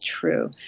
true